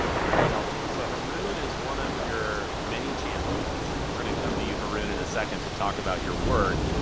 very helpful. so haroon is one of your many champions. and we're gonna come to you, haroon, in a second to talk about your work.